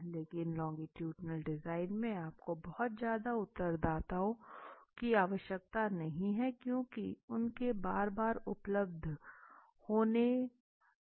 लेकिन longitudinal design में आपको बहुत ज़्यादा उत्तरदाताओं की आवश्यकता नहीं है लेकिन उनके बार बार उपलब्ध होने की है